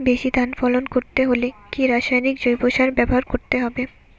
বেশি ধান ফলন করতে হলে কি রাসায়নিক জৈব সার ব্যবহার করতে হবে?